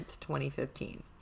2015